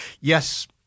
Yes